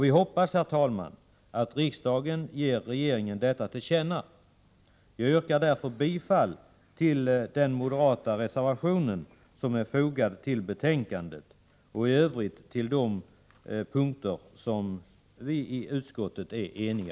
Vi hoppas att riksdagen ger regeringen detta till känna som sin mening. Herr talman! Jag yrkar bifall till den moderata reservation som är fogade till betänkandet och till utskottets hemställan på de punkter där vi i utskottet är eniga.